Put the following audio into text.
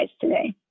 today